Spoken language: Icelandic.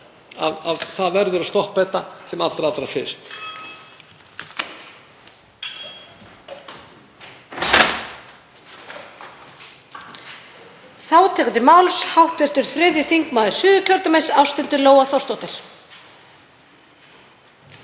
það verður að stoppa þetta sem allra fyrst.